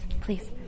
please